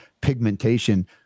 pigmentation